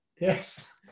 yes